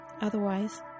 Otherwise